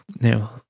now